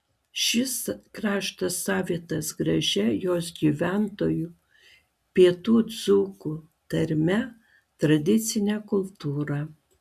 šis kraštas savitas gražia jos gyventojų pietų dzūkų tarme tradicine kultūra